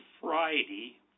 Friday